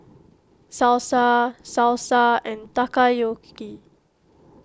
Salsa Salsa and Takoyaki